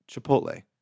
Chipotle